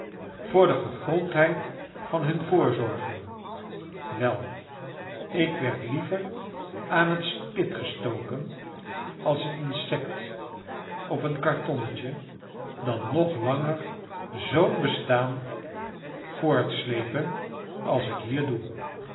voor de gegrondheid van nun voorzorgen wel ik werd liever aan het spit gestoken als een insect op een kartonnetje dan nog longer zoo'n bestaan voortslepen als ik hier doe